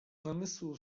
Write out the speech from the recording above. namysłu